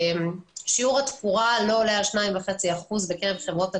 שיעור התקורה לא עולה על 2.5% בקרב חברות הגבייה.